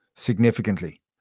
significantly